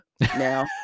now